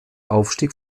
aufstieg